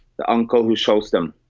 the uncle who shows them.